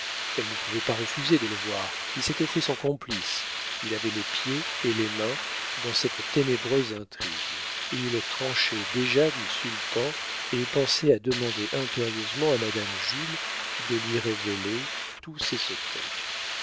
elle ne pouvait pas refuser de le voir il s'était fait son complice il avait les pieds et les mains dans cette ténébreuse intrigue il tranchait déjà du sultan et pensait à demander impérieusement à madame jules de lui révéler tous ses secrets